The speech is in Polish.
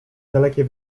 dalekie